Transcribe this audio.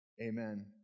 amen